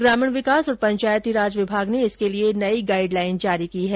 ग्रामीण विकास और पंचायती राज विभाग ने इसके लिये नई गाइड लाईन जारी की है